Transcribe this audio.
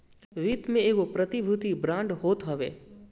वित्त में एगो प्रतिभूति बांड होत हवे